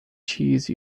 cheese